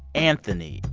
anthony,